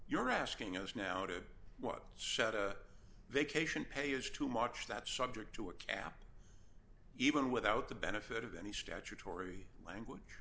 you're asking us now to what set a vacation pay is too much that's subject to a cap even without the benefit of any statutory language